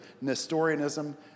Nestorianism